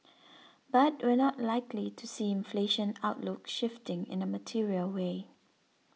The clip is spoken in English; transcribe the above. but we're not likely to see inflation outlook shifting in a material way